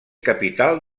capital